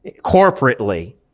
corporately